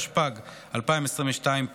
התשפ"ג 2022,